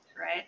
right